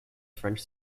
french